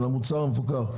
של המוצר המפוקח,